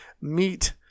meet